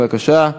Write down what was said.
בבקשה.